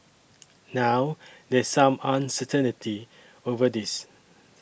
now there's some uncertainty over this